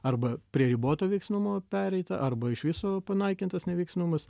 arba prie riboto veiksnumo pereita arba iš viso panaikintas neveiksnumas